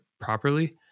properly